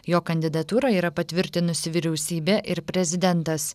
jo kandidatūrą yra patvirtinusi vyriausybė ir prezidentas